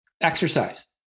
Exercise